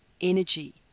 energy